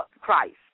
Christ